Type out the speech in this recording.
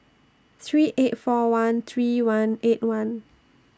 three eight four one three one eight one